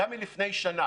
גם מלפני שנה,